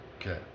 okay